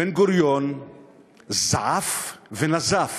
בן-גוריון זעף ונזף,